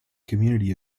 community